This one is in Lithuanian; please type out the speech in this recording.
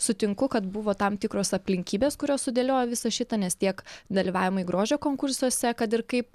sutinku kad buvo tam tikros aplinkybės kurios sudėliojo visą šitą nes tiek dalyvavimai grožio konkursuose kad ir kaip